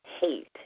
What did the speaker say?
hate